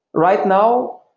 right now,